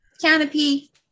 canopy